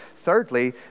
Thirdly